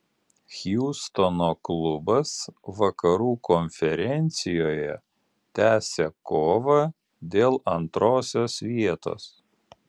hjustono klubas vakarų konferencijoje tęsia kovą dėl antrosios vietos